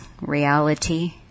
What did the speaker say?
reality